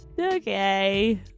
okay